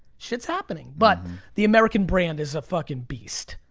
shit's happening. but the american brand is a fucking beast.